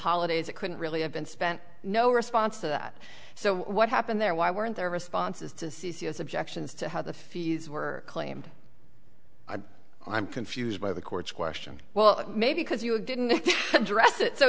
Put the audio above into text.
holidays it couldn't really have been spent no response to that so what happened there why weren't there responses to c c s objections to how the fees were claimed i'm confused by the court's question well maybe because you didn't address it so